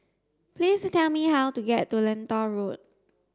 please tell me how to get to Lentor Road